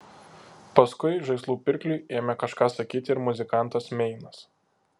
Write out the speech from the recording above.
paskui žaislų pirkliui ėmė kažką sakyti ir muzikantas meinas